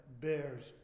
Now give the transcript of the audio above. bears